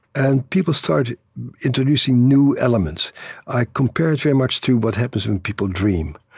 and people start introducing new elements i compare it very much to what happens when people dream.